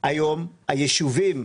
שהיום היישובים בגליל,